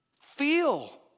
feel